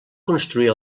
construir